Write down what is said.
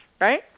right